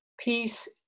peace